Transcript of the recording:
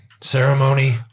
ceremony